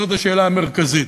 זאת השאלה המרכזית.